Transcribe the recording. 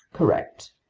correct.